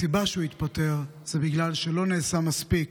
הסיבה להתפטרותו היא שלא נעשה מספיק,